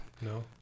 No